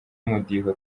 umudiho